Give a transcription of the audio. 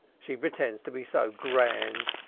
she pretends to be so grand,